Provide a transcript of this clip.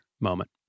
moment